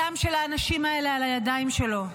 הדם של האנשים האלה על הידיים שלו.